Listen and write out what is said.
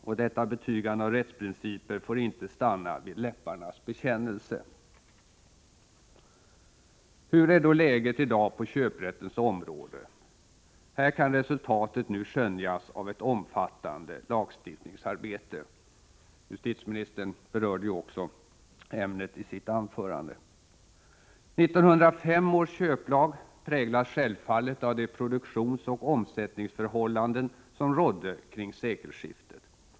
Och detta betygande av rättsprinciper får inte stanna vid läpparnas bekännelse. Hur är då läget i dag på köprättens område? Här kan resultatet nu skönjas av ett omfattande lagstiftningsarbete. Justitieministern berörde också ämnet i sitt anförande. 1905 års köplag präglas självfallet av de produktionsoch omsättningsförhållanden som rådde kring sekelskiftet.